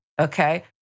Okay